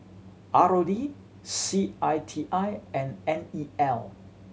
R O D C I T I and N E L